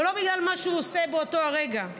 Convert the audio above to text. ולא בגלל מה שהוא עושה באותו הרגע.